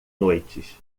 noites